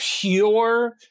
pure